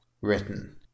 written